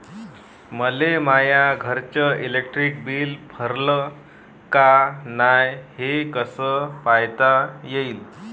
मले माया घरचं इलेक्ट्रिक बिल भरलं का नाय, हे कस पायता येईन?